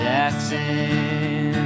Jackson